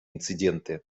инциденты